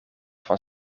van